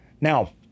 Now